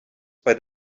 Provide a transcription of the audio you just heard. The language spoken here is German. bei